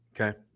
Okay